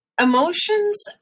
Emotions